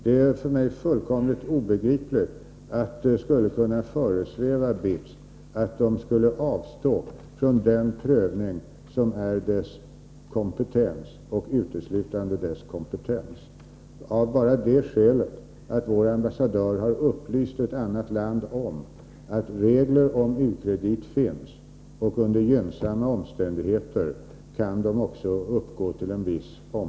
Det är för mig fullkomligt obegripligt att det skulle kunna föresväva BITS att man skulle avstå från den prövning som är denna berednings — och uteslutande denna berednings —- kompetens, enbart av det skälet att vår ambassadör har upplyst ett annat land om att regler om u-krediter finns och att krediten under gynnsamma omständigheter kan uppgå till ett visst belopp.